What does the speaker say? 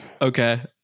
okay